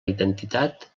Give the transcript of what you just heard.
identitat